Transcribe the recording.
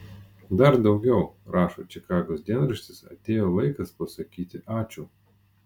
dar daugiau rašo čikagos dienraštis atėjo laikas pasakyti ačiū